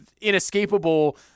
inescapable